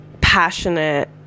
passionate